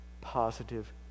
positive